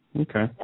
Okay